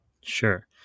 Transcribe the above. Sure